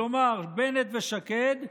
כלומר בנט ושקד,